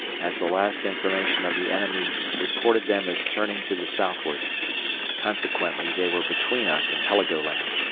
as the last information of the enemy reported them as turning to the southward consequently they were between us and heligoland.